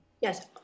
Yes